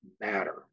matter